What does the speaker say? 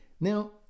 Now